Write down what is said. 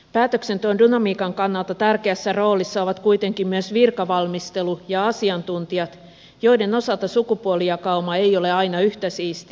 päätöksenteon dynamiikan kannalta tärkeässä roolissa ovat kuitenkin myös virkavalmistelu ja asiantuntijat joiden osalta sukupuolijakauma ei ole aina yhtä siisti